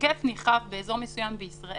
"היקף נרחב באזור מסוים בישראל",